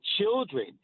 children